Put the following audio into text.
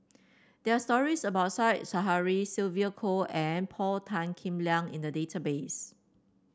there are stories about Said Zahari Sylvia Kho and Paul Tan Kim Liang in the database